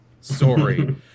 Sorry